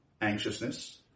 anxiousness